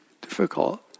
difficult